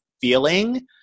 feeling